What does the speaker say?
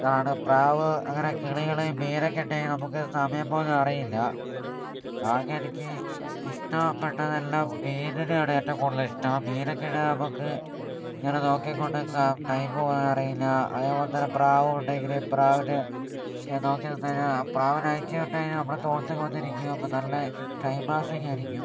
ഇതാണ് പ്രാവ് അങ്ങനെ കിളികൾ മീനൊക്കെ ഉണ്ടെങ്കിൽ നമുക്ക് സമയം പോകുന്നത് അറിയില്ല ആകെ എനിക്ക് ഇഷ്ടപ്പെട്ടത് എല്ലാം മീനിനെ ആണ് ഏറ്റവും കൂടുതൽ ഇഷ്ടം മീനൊക്കെ ഉണ്ടെങ്കിൽ നമുക്ക് ഇങ്ങനെ നോക്കികൊണ്ട് നിൽക്കാം ടൈം പോകുന്നത് അറിയില്ല അതേപോലെത്തന്നെ പ്രാവുണ്ടെങ്കിൽ പ്രാവിനെ ഒക്കെ നോക്കി നിന്ന് കഴിഞ്ഞാൽ ആ പ്രാവിനെ അഴിച്ചു വിട്ടുകഴിഞ്ഞാൽ നമ്മുടെ തോളത്തൊക്കെ വന്നിരിക്കും അപ്പോൾ നല്ല ടൈം പാസിംഗ് ആയിരിക്കും